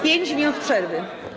5 minut przerwy.